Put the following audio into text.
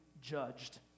judged